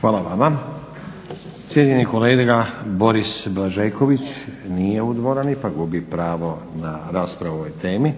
Hvala vama. Cijenjeni kolega Boris Blažeković. Nije u dvorani pa gubi pravo na raspravu o ovoj temi.